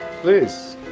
please